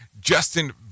Justin